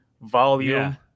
volume